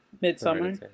Midsummer